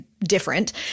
different